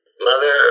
mother